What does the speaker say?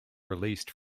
released